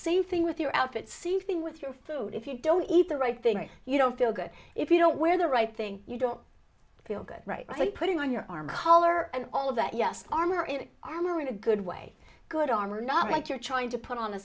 same thing with your outfit seething with your food if you don't eat the right thing you don't feel good if you don't wear the right thing you don't feel good right like putting on your arm collar and all of that yes armor in armor in a good way good armor not like you're trying to put on a